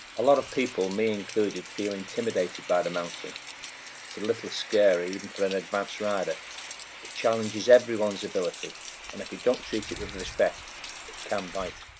a lot of people me included feel intimidated by the mountain it's a little scary even and for an advanced rider it challenges everyone's ability and if we don't treat it with respect it can bite.